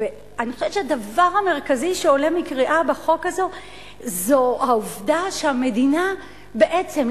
אני חושבת שהדבר המרכזי שעולה מקריאה בחוק הזה זה העובדה שהמדינה בעצם,